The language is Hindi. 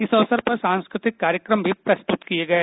इस अवसर पर सांस्कृतिक कार्यक्रम भी प्रस्तुत किये गये